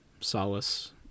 solace